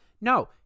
No